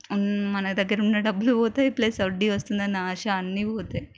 మన దగ్గర ఉన్న డబ్బులు పోతాయి ప్లస్ వడ్డీ వస్తుందన్న ఆశ అన్ని పోతాయి